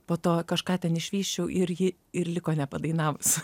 po to kažką ten išvysčiau ir ji ir liko nepadainavus